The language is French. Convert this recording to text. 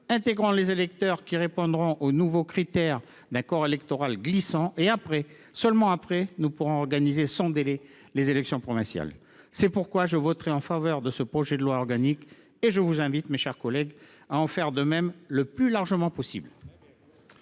intégrons les électeurs qui répondent aux nouveaux critères de définition d’un corps électoral évoluant de manière glissante dans le temps. C’est seulement après que nous pourrons organiser sans délai les élections provinciales. C’est pourquoi je voterai en faveur de ce projet de loi organique et je vous invite, mes chers collègues, à en faire de même le plus largement possible